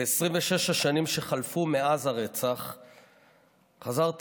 ב-26 השנים שחלפו מאז הרצח חזרתי,